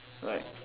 right